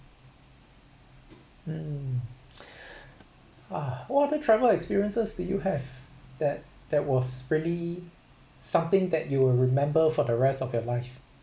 um !wah! what other travel experiences that you have that that was really something that you will remember for the rest of your life